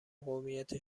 قومیت